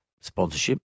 sponsorship